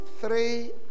three